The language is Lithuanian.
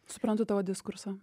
suprantu diskursą